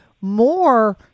more